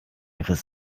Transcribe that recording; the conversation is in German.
riss